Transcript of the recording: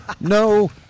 No